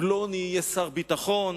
פלוני יהיה שר הביטחון,